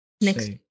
next